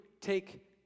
take